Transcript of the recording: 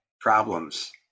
problems